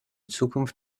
zukunft